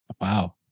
Wow